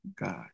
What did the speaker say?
God